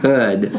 Hood